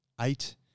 eight